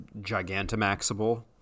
Gigantamaxable